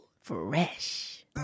Fresh